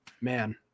Man